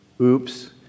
Oops